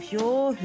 Pure